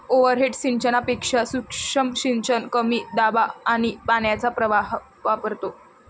overhead सिंचनापेक्षा सूक्ष्म सिंचन कमी दाब आणि पाण्याचा प्रवाह वापरतो